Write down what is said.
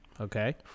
okay